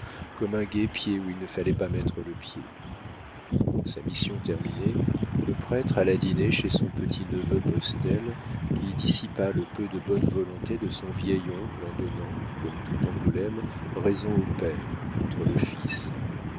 comme un guêpier où il ne fallait pas mettre le pied sa mission terminée le prêtre alla dîner chez son petit-neveu postel qui dissipa le peu de bonne volonté de son vieil oncle en donnant comme tout angoulême raison au père contre le fils